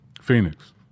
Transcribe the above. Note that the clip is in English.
Phoenix